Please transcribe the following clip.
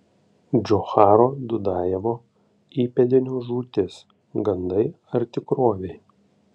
džocharo dudajevo įpėdinio žūtis gandai ar tikrovė